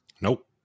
Nope